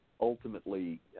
ultimately